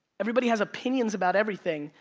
everybody has opinions about everything,